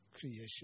creation